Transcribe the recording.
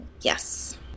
Yes